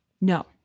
no